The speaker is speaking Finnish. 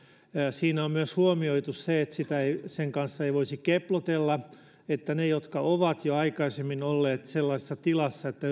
siinä on myös huomioitu että sen kanssa ei voisi keplotella niin että ne jotka ovat jo aikaisemmin olleet sellaisessa tilassa että